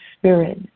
spirit